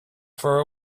for